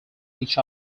each